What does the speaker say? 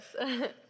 Yes